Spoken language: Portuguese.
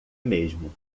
mesmo